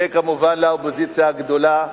וכמובן לאופוזיציה הגדולה,